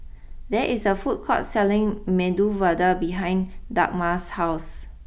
there is a food court selling Medu Vada behind Dagmar's house